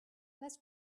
less